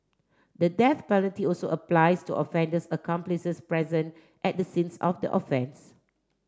the death penalty also applies to offender's accomplices present at the scene of the offence